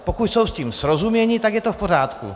Pokud jsou s tím srozuměni, tak je to v pořádku.